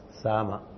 Sama